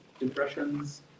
impressions